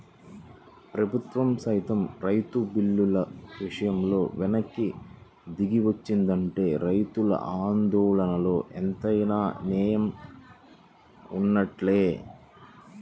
ప్రభుత్వం సైతం రైతు బిల్లుల విషయంలో వెనక్కి దిగొచ్చిందంటే రైతుల ఆందోళనలో ఎంతైనా నేయం వున్నట్లే